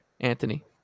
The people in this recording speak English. Anthony